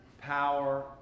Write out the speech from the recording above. power